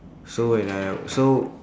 so when I so